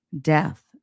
death